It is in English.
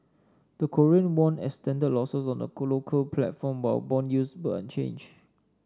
the Korean won extended losses on the local platform while bond yields were unchanged